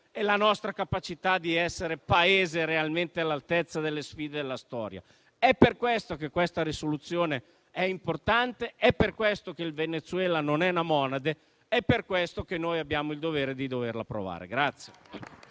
e la nostra capacità di essere un Paese realmente all'altezza delle sfide della storia. È per questo che la risoluzione al nostro esame è importante. È per questo che il Venezuela non è una monade. È per questo che noi abbiamo il dovere di approvarla.